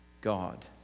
God